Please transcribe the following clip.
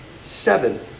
Seven